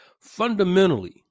fundamentally